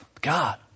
God